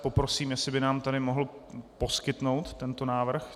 Poprosím, jestli by nám mohl poskytnout tento návrh.